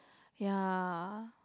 yea